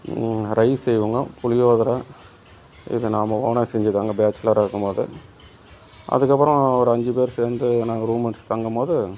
rice செய்வோங்க புளியோதரை இது நாம் ஓனாக செஞ்சது நாங்கள் பேச்சுலராக இருக்கும் போது அதுக்கப்புறம் ஒரு அஞ்சு பேர் சேர்ந்து நாங்கள் ரூம்மேட்ஸ் தங்கும் போது